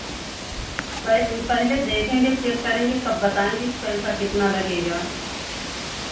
पहले पहले देखेंगे चेक करेंगे तब बताएँगे कि पैसा कितना लगेगा